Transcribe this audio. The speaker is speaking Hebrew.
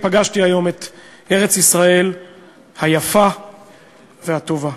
פגשתי היום את ארץ-ישראל היפה והטובה.